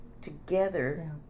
together